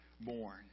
born